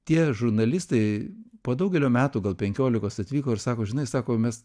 tie žurnalistai po daugelio metų gal penkiolikos atvyko ir sako žinai sako mes